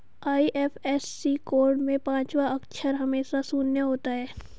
IFSC code में पांचवा अक्षर हमेशा शून्य होता है